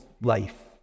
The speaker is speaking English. life